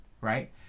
right